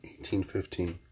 1815